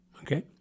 okay